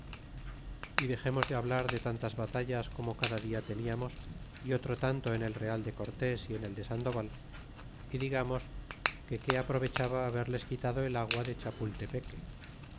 y dexemos de hablar de tantas batallas como cada dia teniamos y otro tanto en el real de cortés y en el de sandoval y digamos que qué aprovechaba haberles quitado el agua de chalputepeque